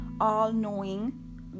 all-knowing